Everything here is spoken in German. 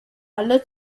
alle